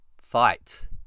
FIGHT